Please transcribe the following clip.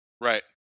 Right